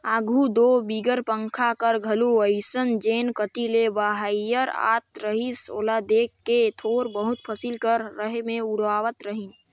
आघु दो बिगर पंखा कर घलो अइसने जेन कती ले बईहर आत रहिस ओला देख के थोर बहुत फसिल कर रहें मे उड़वात रहिन